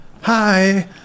Hi